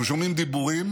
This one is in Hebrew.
אנחנו שומעים דיבורים